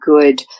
good